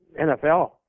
NFL